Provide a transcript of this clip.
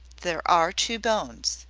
there are two bones.